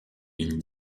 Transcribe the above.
une